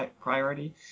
priority